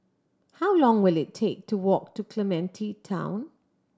how long will it take to walk to Clementi Town